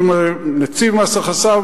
נציב מס הכנסה,